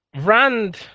rand